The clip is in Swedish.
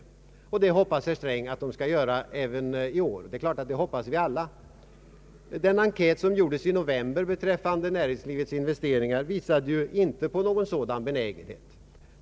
Herr Sträng hoppas att de skall göra det även i år, och det hoppas vi alla. Den enkät som gjordes i november beträffande näringslivets investeringar visade dock inte på någon sådan benägenhet.